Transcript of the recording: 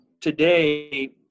today